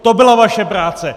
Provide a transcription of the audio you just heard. To byla vaše práce!